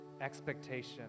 expectation